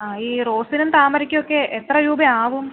ആ ഈ റോസിനും താമരയ്ക്കും ഒക്കെ എത്ര രൂപ ആവും